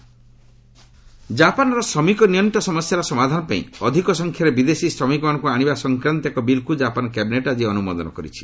Japan cabinet bill ଜାପାନ୍ର ଶ୍ରମିକ ନିଅକ୍କ ସମସ୍ୟାର ସମାଧାନପାଇଁ ଅଧିକ ସଂଖ୍ୟାରେ ବିଦେଶୀ ଶ୍ରମିକମାନଙ୍କୁ ଆଶିବା ସଂକ୍ରାନ୍ତ ଏକ ବିଲ୍କୁ ଜାପାନ୍ କ୍ୟାବିନେଟ୍ ଆକି ଅନୁମୋଦନ କରିଛି